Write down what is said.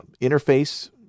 interface